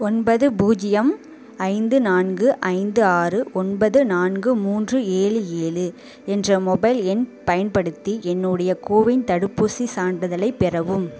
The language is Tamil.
ஒன்பது பூஜ்ஜியம் ஐந்து நான்கு ஐந்து ஆறு ஒன்பது நான்கு மூன்று ஏழு ஏழு என்ற மொபைல் எண் பயன்படுத்தி என்னுடைய கோவின் தடுப்பூசி சான்றிதழை பெறவும்